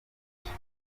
gutyo